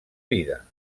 vida